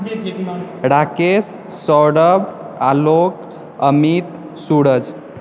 Rakesh Saurabh Alok Amit Suraj